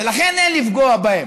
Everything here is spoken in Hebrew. ולכן אין לפגוע בהם.